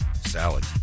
Salad